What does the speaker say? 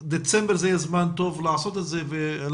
דצמבר זה יהיה זמן טוב לעשות את זה ולעמוד